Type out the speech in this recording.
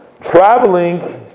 traveling